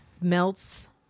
melts